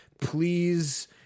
please